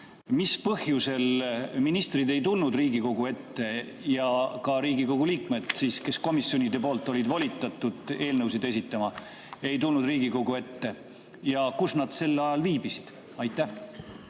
mis põhjusel ministrid ei tulnud Riigikogu ette ja ka Riigikogu liikmed, kelle komisjonid olid volitanud eelnõusid esitama, ei tulnud Riigikogu ette ja kus nad sel ajal viibisid? Aitäh!